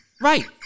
right